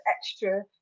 extra